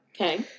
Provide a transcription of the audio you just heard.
Okay